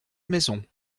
maisons